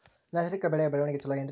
ನೈಸರ್ಗಿಕ ಬೆಳೆಯ ಬೆಳವಣಿಗೆ ಚೊಲೊ ಏನ್ರಿ?